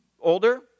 older